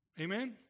Amen